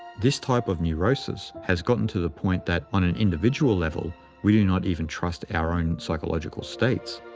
this type of neurosis has gotten to the point that on an individual level we do not even trust our own psychological states.